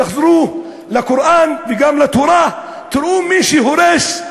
תחזרו לקוראן וגם לתורה ותראו מי שהורס,